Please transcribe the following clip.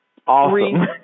awesome